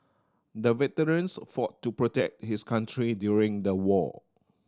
the veterans fought to protect his country during the war